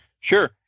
Sure